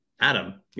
Adam